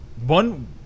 one